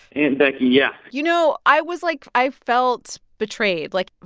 aunt becky, yeah you know, i was like i felt betrayed. like,